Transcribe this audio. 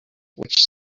which